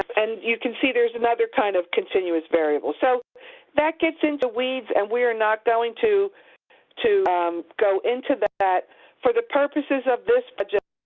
and you can see there's another kind of continuous variable. so that gets into the weeds, and we are not going to to go into that. for the purposes of this project,